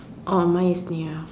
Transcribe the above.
oh mine is near